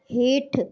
हेठि